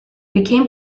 became